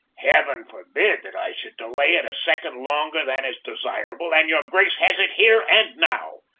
heaven forbid that i should delay it a second longer than is desirable, and your grace has it here and now!